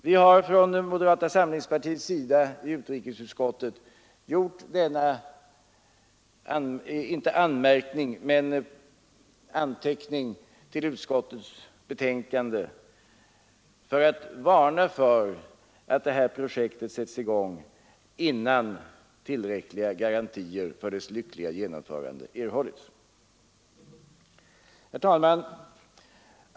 Vi har från moderata samlingspartiets sida i utrikesutskottet gjort denna inte anmärkning men anteckning till utskottets betänkande för att varna för att det här projektet sätts i gång innan tillräckliga garantier för dess lyckliga genomförande erhållits. Herr talman!